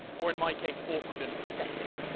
or, in my case, awkward and pathetic.